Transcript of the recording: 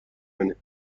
منه